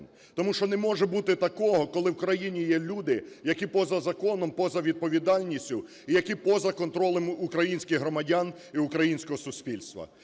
Тому що не може бути такого, коли в Україні є люди, які поза законом, поза відповідальністю і які поза контролем українських громадян і українського суспільства.